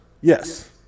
Yes